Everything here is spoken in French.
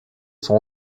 sont